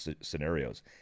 scenarios